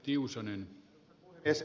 arvoisa puhemies